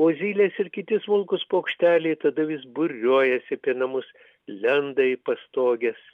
o zylės ir kiti smulkūs paukšteliai tada vis būriuojas apie namus lenda į pastoges